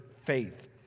faith